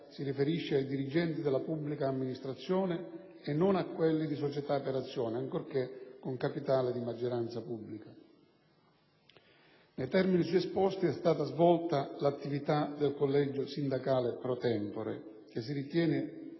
si riferisce ai dirigenti della pubblica amministrazione e non a quelli di società per azioni, ancorché con capitale di maggioranza pubblica. Nei termini suesposti è stata svolta l'attività del collegio sindacale *pro tempore*, che si ritiene